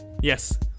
Yes